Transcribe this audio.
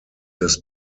des